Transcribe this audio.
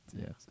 yes